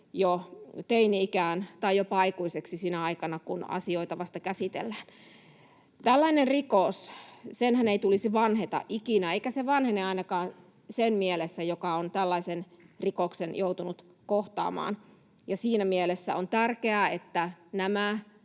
jo teini-ikään tai jopa aikuiseksi sinä aikana, kun asioita vasta käsitellään. Tällaisen rikoksenhan ei tulisi vanheta ikinä, eikä se vanhene ainakaan sen mielessä, joka on tällaisen rikoksen joutunut kohtaamaan. Siinä mielessä on tärkeää, että nämä